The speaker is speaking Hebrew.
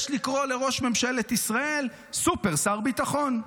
יש לקרוא לראש ממשלת ישראל סופר-שר ביטחון.